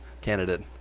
candidate